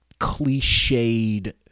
cliched